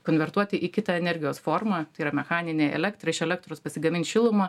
konvertuoti į kitą energijos formą tai yra mechaninę elektrą iš elektros pasigamint šilumą